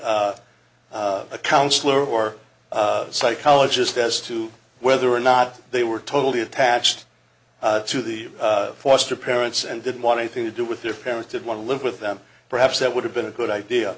by a counsellor or psychologist as to whether or not they were totally attached to the foster parents and didn't want anything to do with their parents did want to live with them perhaps that would have been a good idea